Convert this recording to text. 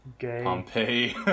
Pompeii